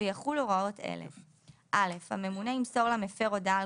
יחולו הוראות אלה: הממונה ימסור למפר הודעה על